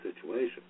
situation